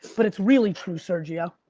but it's really true sergio.